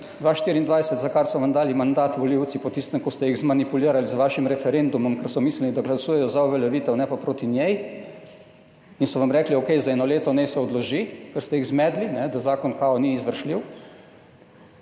2024, za kar so vam dali mandat volivci po tistem, ko ste jih zmanipulirali z vašim referendumom, ker so mislili, da glasujejo za uveljavitev, ne pa proti njej, in so vam rekli, okej, za eno leto naj se odloži, ker ste jih zmedli, da zakon kao ni izvršljiv